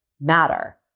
matter